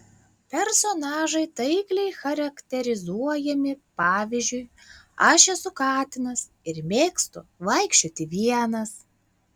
personažai taikliai charakterizuojami pavyzdžiui aš esu katinas ir mėgstu vaikščioti vienas